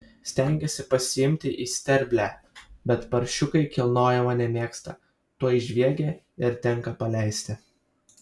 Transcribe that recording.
stengiasi pasiimti į sterblę bet paršiukai kilnojimo nemėgsta tuoj žviegia ir tenka paleisti